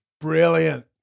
Brilliant